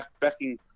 backing